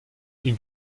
une